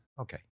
Okay